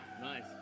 nice